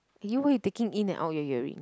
!aiyo! why you taking in and out your ear ring